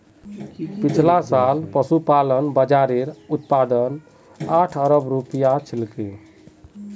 पिछला साल पशुपालन बाज़ारेर उत्पाद आठ अरब रूपया छिलकी